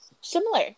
similar